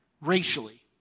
racially